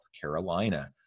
Carolina